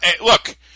look